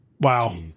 Wow